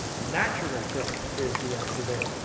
natural-killer is the answer there.